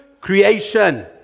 creation